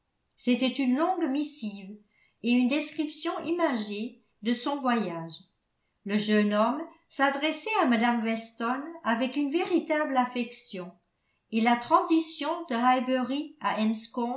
c'était une longue missive et une description imagée de son voyage le jeune homme s'adressait à mme weston avec une véritable affection et la transition de highbury à